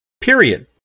Period